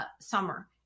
summer